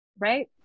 right